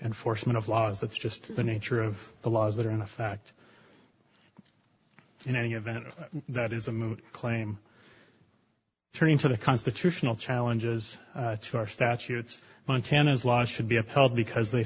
enforcement of laws that's just the nature of the laws that are in effect in any event that is a moot claim turning to the constitutional challenges to our statutes montana's law should be upheld because they